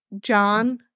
John